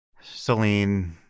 Celine